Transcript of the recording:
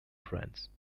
france